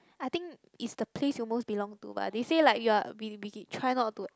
I think is the place you most belong to but they say like you are we we try not to